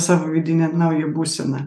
savo vidinę naują būseną